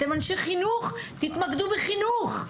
אתם אנשי חינוך; תתמקדו בחינוך.